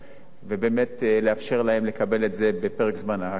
ובאמת לאפשר להם לקבל את זה בפרק הזמן הקצר ביותר.